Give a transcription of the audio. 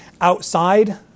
outside